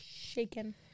Shaken